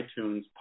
iTunes